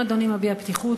אם אדוני מביע פתיחות,